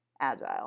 agile